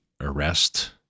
arrest